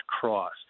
cross